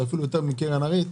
אפילו יותר מקרן ה-ריט,